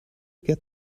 get